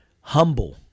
humble